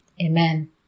Amen